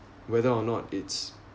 whether or not it's